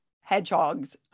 hedgehogs